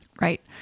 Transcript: Right